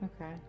Okay